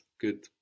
Good